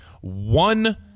One